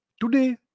Today